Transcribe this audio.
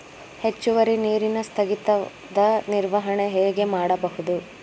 ಹೆಚ್ಚುವರಿ ನೀರಿನ ಸ್ಥಗಿತದ ನಿರ್ವಹಣೆ ಹೇಗೆ ಮಾಡಬಹುದು?